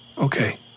Okay